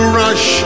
rush